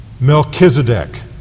Melchizedek